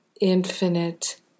infinite